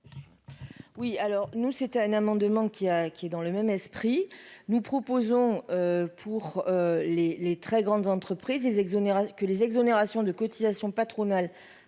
Oui, alors nous, c'était un amendement qui a, qui est dans le même esprit, nous proposons pour les les très grandes entreprises, les exonère que les exonérations de cotisations patronales